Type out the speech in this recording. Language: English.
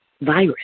virus